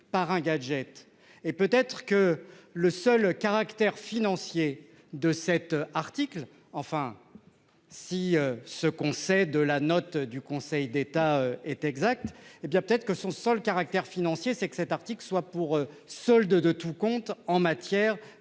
par un gadget et peut être que le seul caractère financier de cet article enfin. Si ce qu'on sait de la note du Conseil d'État est exact. Eh bien peut-être que son seul caractère financier c'est que cet article soit pour solde de tout compte en matière